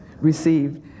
received